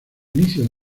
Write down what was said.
inicios